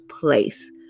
place